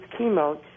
chemo